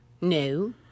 No